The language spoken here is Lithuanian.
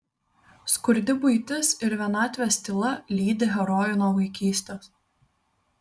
skurdi buitis ir vienatvės tyla lydi herojų nuo vaikystės